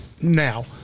Now